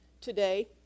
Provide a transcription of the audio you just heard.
today